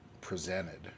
Presented